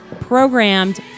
programmed